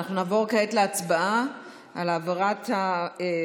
אנחנו נעבור כעת להצבעה על העברת ההצעה